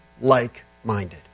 like-minded